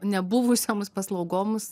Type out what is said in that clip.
nebuvusioms paslaugoms